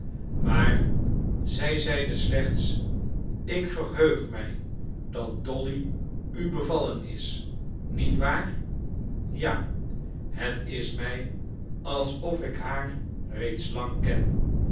maar zij zeide slechts ik verheug mij dat dolly u bevallen is niet waar ja het is mij alsof ik haar reeds lang ken